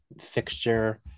fixture